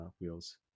wheels